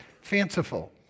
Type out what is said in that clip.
fanciful